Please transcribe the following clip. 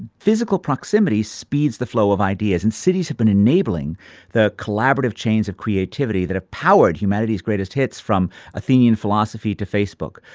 physical proximity speeds the flow of ideas. and cities have been enabling the collaborative chains of creativity that have powered humanity's greatest hits from athenian philosophy to facebook.